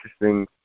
interesting